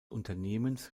unternehmens